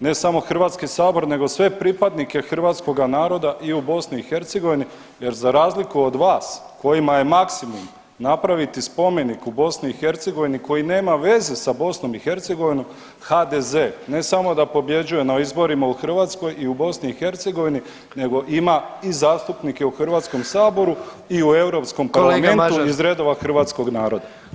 ne samo Hrvatski sabor nego sve pripadnike hrvatskoga naroda i u BiH jer za razliku od vas kojima je maksimum napraviti spomenik u BiH koji nema veze sa BiH, HDZ ne samo da pobjeđuje na izborima u Hrvatskoj i u BiH nego ima i zastupnike u Hrvatskom saboru i u Europskom parlamentu [[Upadica: Kolega Mažar.]] iz redova hrvatskog naroda.